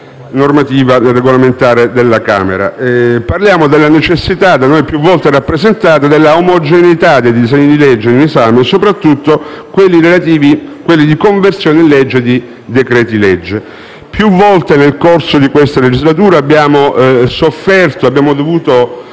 normativa regolamentare della Camera. Parliamo della necessità, da noi più volte rappresentata, dell'omogeneità dei disegni di legge in esame, sopratutto di quelli di conversione in legge dei decreti-legge. Più volte nel corso di questa legislatura, abbiamo sofferto e